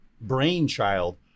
brainchild